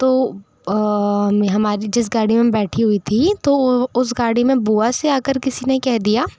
तो मैं हमारी जिस गाड़ी में बैठी हुई थी तो उस गाड़ी में बुआ से आकर किसी ने कह दिया